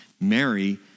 mary